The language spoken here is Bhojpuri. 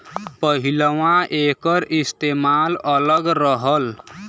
पहिलवां एकर इस्तेमाल अलग रहल